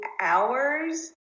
hours